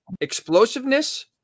explosiveness